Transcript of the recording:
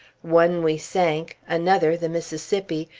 one we sunk another, the mississippi,